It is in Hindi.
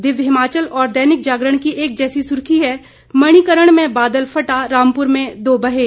दिव्य हिमाचल और दैनिक जागरण की एक जैसी सुर्खी है मणिकर्ण में बादल फटा रामपुर में दो बहे